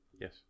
Yes